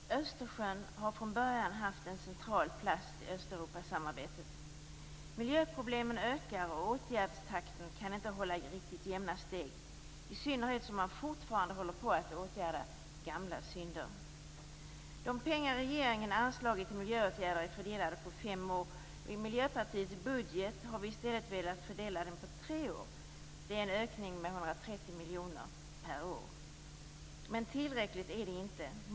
Herr talman! Östersjön har från början haft en central plats i samarbetet med Östeuropa. Miljöproblemen ökar, och åtgärdstakten kan inte riktigt hålla jämna steg - i synnerhet som man fortfarande håller på att åtgärda gamla synder. De pengar regeringen anslagit till miljöåtgärder är fördelade på fem år. I Miljöpartiets budget har vi i stället velat fördela dem på tre år. Det innebär en ökning med 130 miljoner per år. Men tillräckligt är det inte.